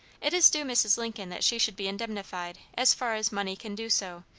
it is due mrs. lincoln that she should be indemnified, as far as money can do so,